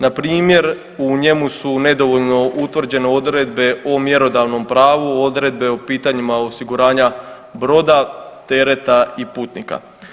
Npr. u njemu su nedovoljno utvrđene odredbe o mjerodavnom pravu, odredbe o pitanjima osiguranja broda, tereta i putnika.